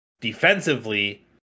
defensively